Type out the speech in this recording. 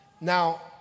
Now